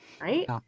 Right